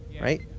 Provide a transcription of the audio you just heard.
right